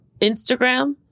Instagram